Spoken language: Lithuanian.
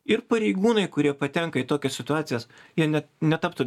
ir pareigūnai kurie patenka į tokias situacijas jie net netaptų